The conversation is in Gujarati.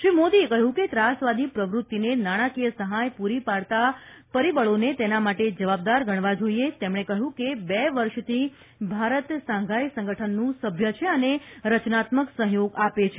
શ્રી મોદીએ કહ્યું કે ત્રાસવાદી પ્રવૃતિને નાણાકીય સહાય પૂરી પાડતાં પરિબળોને તેના માટે જવાબદાર ગણવા જોઇએ તેમણે કહ્યું કે બે વર્ષથી ભારત શાંઘાઇ સંગઠનનું સભ્ય છે અને રચનાત્મક સહયોગ આપે છે